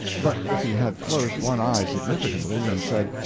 but if he had closed one eye significantly, and said,